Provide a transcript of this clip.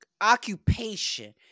occupation